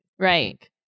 Right